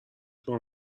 کار